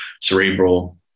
cerebral